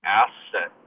asset